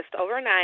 overnight